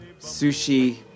Sushi